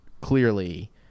Clearly